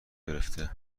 گرفته